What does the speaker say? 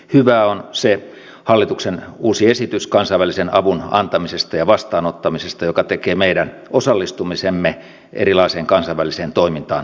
hyvää on hallituksen uusi esitys kansainvälisen avun antamisesta ja vastaanottamisesta joka tekee meidän osallistumisemme erilaiseen kansainväliseen toimintaan helpommaksi